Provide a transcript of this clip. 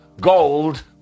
Gold